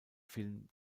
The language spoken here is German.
film